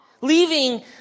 leaving